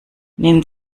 nehmen